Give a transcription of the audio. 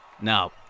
Now